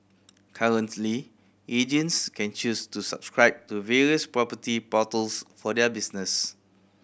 currently agents can choose to subscribe to various property portals for their business